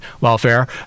Welfare